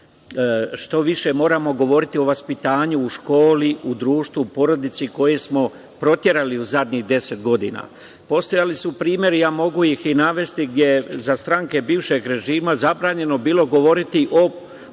Što više moramo govoriti o vaspitanju u školi, društvu, porodici koje smo proterali u zadnjih deset godina. Postojali su primeri, a ja ih mogu i navesti, gde za stranke bivšeg režima, bilo je zabranjeno govoriti o